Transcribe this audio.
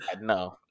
No